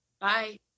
bye